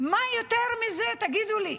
מה יותר מזה, תגידו לי?